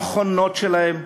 המכונות שלהן,